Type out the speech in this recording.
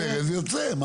פותח ברז, יוצא.